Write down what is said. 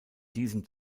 diesem